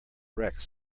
rex